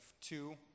two